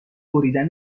بریدن